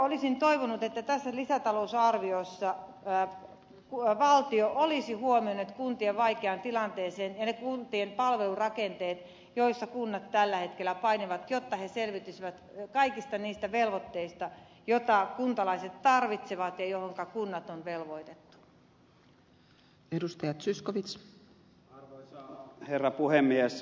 olisin toivonut että tässä lisätalousarviossa valtio olisi huomioinut kuntien vaikean tilanteen ja ne kuntien palvelurakenteet joiden kanssa kunnat tällä hetkellä painivat jotta ne selviytyisivät kaikista velvoitteista sen suhteen mitä kuntalaiset tarvitsevat ja mihin kunnat on velvoitettu